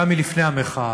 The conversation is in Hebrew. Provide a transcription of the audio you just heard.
גם לפני המחאה,